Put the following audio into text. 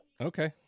Okay